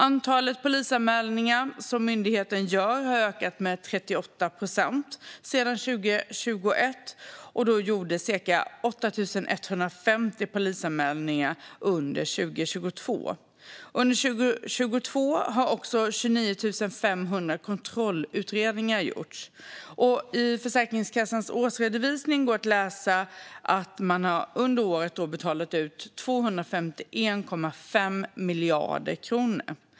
Antalet polisanmälningar som myndigheten gör har ökat med 38 procent sedan 2021, och det gjordes cirka 8 150 polisanmälningar under 2022. Under 2022 gjordes också 29 500 kontrollutredningar. I Försäkringskassans årsredovisning för 2022 går att läsa att man under året betalade ut 251,5 miljarder kronor.